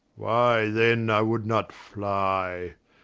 why then i would not flye.